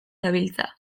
dabiltza